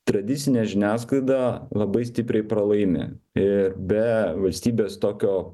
tradicinė žiniasklaida labai stipriai pralaimi ir be valstybės tokio